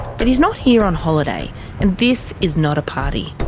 but he's not here on holiday and this is not a party.